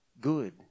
good